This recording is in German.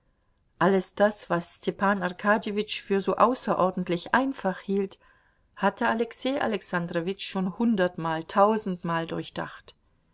alles das was stepan arkadjewitsch für so außerordentlich einfach hielt hatte alexei alexandrowitsch schon hundertmal tausendmal durchdacht